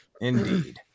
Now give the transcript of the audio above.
Indeed